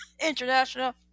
international